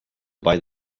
buy